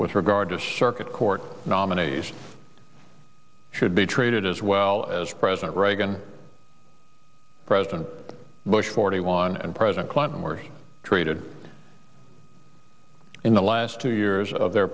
with regard to circuit court nominees should be treated as well as president reagan president bush forty one and president clinton were treated in the last two years of their